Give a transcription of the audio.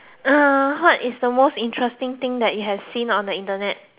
uh what is the most interesting thing that you have seen on the Internet